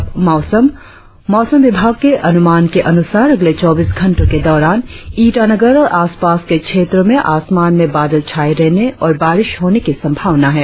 और अब मौसम मौसम विभाग के अनुमान के अनुसार अगले चौबीस घंटो के दौरान ईटानगर और आसपास के क्षेत्रो में आसमान में बादल छाये रहने और बारिश होने की संभावना है